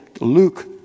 Luke